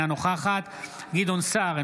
אינה נוכחת גדעון סער,